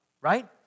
right